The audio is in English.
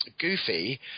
Goofy